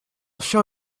show